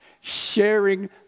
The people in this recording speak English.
Sharing